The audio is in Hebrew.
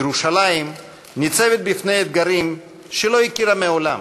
ירושלים ניצבת בפני אתגרים שלא הכירה מעולם,